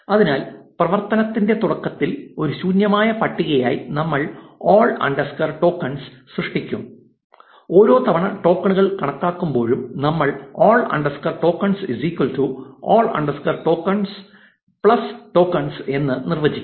അതിനാൽ പ്രവർത്തനത്തിന്റെ തുടക്കത്തിൽ ഒരു ശൂന്യമായ പട്ടികയായി നമ്മൾ all underscore tokens all tokens സൃഷ്ടിക്കും ഓരോ തവണ ടോക്കണുകൾ കണക്കാക്കുമ്പോഴും നമ്മൾ all underscore tokens all underscore tokens plus tokens എന്ന് നിർവചിക്കും